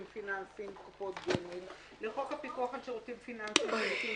פיננסים (קופות גמל); לחוק הפיקוח על שירותים פיננסיים (שירותים